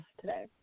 today